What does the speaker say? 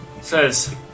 says